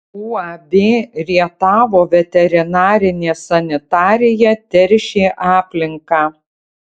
uab rietavo veterinarinė sanitarija teršė aplinką